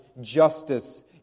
justice